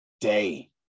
day